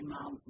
Mom